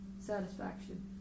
satisfaction